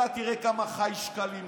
ואתה תראה כמה ח"י שקלים,